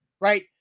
right